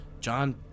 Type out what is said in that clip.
John